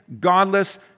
godless